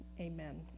Amen